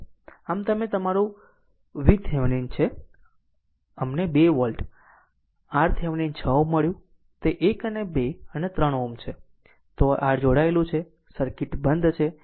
આમ તમે તમારું આ તમારું VThevenin છે અમને 2 વોલ્ટ RThevenin 6 Ω મળ્યું તે 1 અને 2 અને 3 Ω છે તે આ જોડાયેલું છે અને સર્કિટ બંધ છે